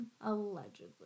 Allegedly